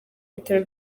bitaro